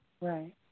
Right